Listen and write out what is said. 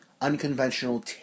unconventional